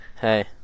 hey